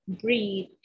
breathe